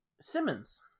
Simmons